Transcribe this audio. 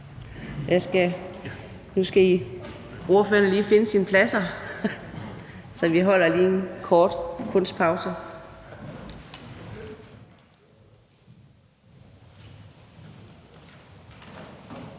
Nu skal ordførererne lige finde deres pladser, så vi holder lige en kort kunstpause.